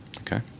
okay